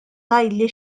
tgħidli